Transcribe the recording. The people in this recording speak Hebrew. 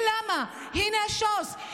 והינה למה, הינה השוס.